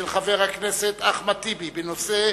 של חבר הכנסת אחמד טיבי, בנושא: